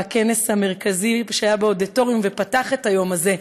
בכנס המרכזי שהיה באודיטוריום ופתח את היום הזה,